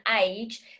age